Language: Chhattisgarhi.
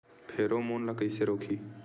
फेरोमोन ला कइसे रोकही?